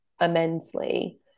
immensely